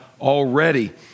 already